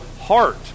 heart